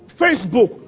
Facebook